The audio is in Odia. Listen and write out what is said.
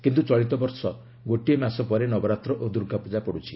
କିନ୍ତୁ ଚଳିତବର୍ଷ ଗୋଟିଏ ମାସ ପରେ ନବରାତ୍ର ଓ ଦୁର୍ଗାପୂଜା ପଡୁଛି